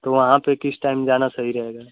तो वहाँ पर किस टाइम जाना सही रहेगा